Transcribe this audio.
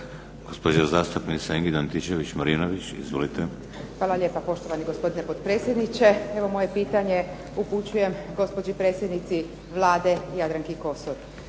Izvolite. **Antičević Marinović, Ingrid (SDP)** Hvala lijepo poštovani gospodine potpredsjedniče. Ja moje pitanje upućujem gospođi predsjednici Vlade Jadranki Kosor.